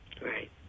Right